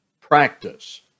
practice